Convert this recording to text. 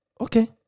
Okay